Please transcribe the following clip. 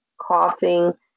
coughing